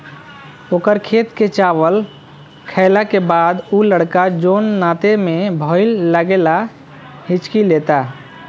ओकर खेत के चावल खैला के बाद उ लड़का जोन नाते में भाई लागेला हिच्की लेता